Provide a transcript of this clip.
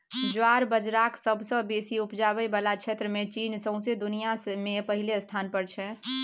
ज्वार बजराक सबसँ बेसी उपजाबै बला क्षेत्रमे चीन सौंसे दुनियाँ मे पहिल स्थान पर छै